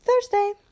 Thursday